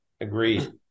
agreed